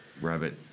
rabbit